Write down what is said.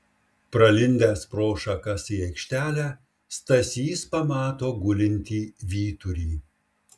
pralindęs pro šakas į aikštelę stasys pamato gulintį vyturį